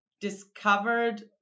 discovered